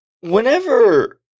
Whenever